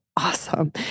Awesome